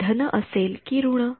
ते धन असेल कि ऋण